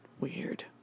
Weird